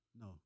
No